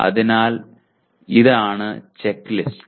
അതിനാൽ ഇത് ആണ് ചെക്ക്ലിസ്റ്റ്